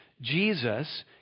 Jesus